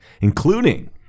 including